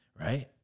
Right